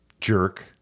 jerk